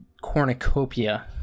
cornucopia